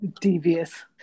Devious